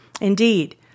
Indeed